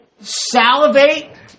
salivate